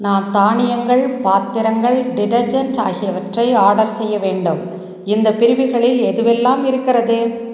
நான் தானியங்கள் பாத்திரங்கள் டிடர்ஜெண்ட் ஆகியவற்றை ஆர்டர் செய்ய வேண்டும் இந்தப் பிரிவுகளில் எதுவெல்லாம் இருக்கிறது